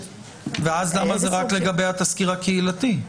למה זה רק לגבי התסקיר הקהילתי?